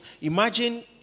Imagine